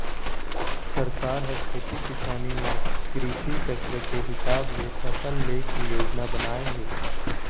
सरकार ह खेती किसानी म कृषि चक्र के हिसाब ले फसल ले के योजना बनाए हे